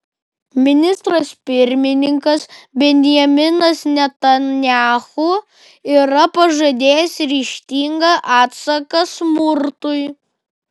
ministras pirmininkas benjaminas netanyahu yra pažadėjęs ryžtingą atsaką smurtui